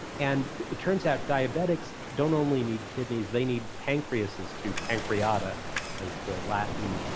and it turns out diabetics don't only need kidneys, they need pancreases, too, pancreata as the latin